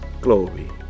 Glory